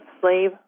slave